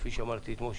כפי שאמרתי אתמול,